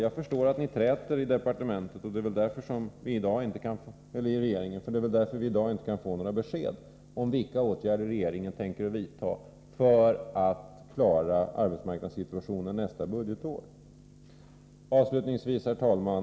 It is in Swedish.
Jag förstår alltså att ni träter i regeringen, och det är väl därför vi i dag inte kan få några besked om vilka åtgärder regeringen tänker vidta för att klara arbetsmarknadssituationen nästa budgetår. Avslutningsvis, herr talman!